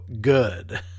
good